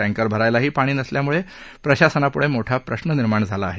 tanker भरायलाही पाणी नसल्यानं प्रशासनापुढे मोठा प्रश्न निर्माण झाला आहे